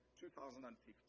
2015